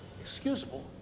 excusable